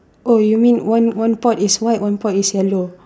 oh you mean one one pot is white one pot is yellow